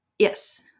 Yes